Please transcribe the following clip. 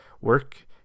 Work